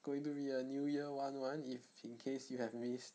going to be a new year one one if in case you have missed